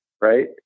Right